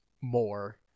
more